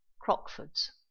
Crockford's